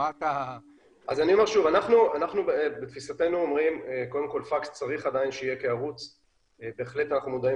בתפיסתנו אנחנו אומרים שצריך עדיין להיות פקס כי אנחנו מודעים